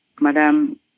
Madam